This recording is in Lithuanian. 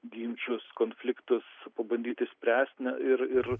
ginčus konfliktus pabandyt išspręst na ir ir